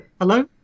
Hello